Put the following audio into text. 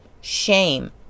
shame